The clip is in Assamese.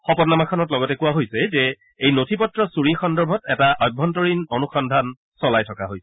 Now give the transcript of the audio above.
শপতনামাখনত লগতে কোৱা হৈছে যে এই নথি পত্ৰ চৰি সন্দৰ্ভত এটা অভ্যন্তৰীণ অন্সন্ধান চলাই থকা হৈছে